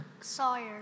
Sawyer